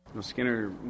Skinner